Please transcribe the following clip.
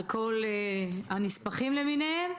על כל הנספחים למיניהם,